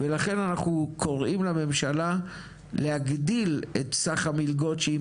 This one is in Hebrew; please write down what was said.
לכן אנחנו קוראים לממשלה להגדיל את סך המלגות שהיא